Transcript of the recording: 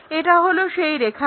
এটা হলো সেই রেখাটা